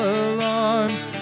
alarms